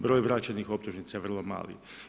Broj vraćenih optužnica je vrlo mali.